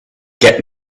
get